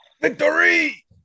victory